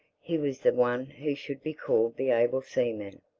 he was the one who should be called the able seaman.